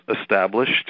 established